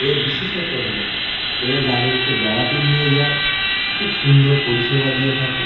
এর বিশেষত হলো এরা যাদেরকে বেড়াতে নিয়ে যায় খুব সুন্দর পরিষেবা দিয়ে থাকে